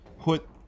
put